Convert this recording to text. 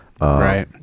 Right